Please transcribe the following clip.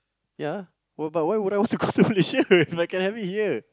ya but why would I want to got to Malaysia if I can have it here